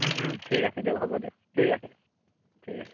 ঠিক আছে দিয়ক হ'ব দিয়ক ঠিক আছে ঠিক আছে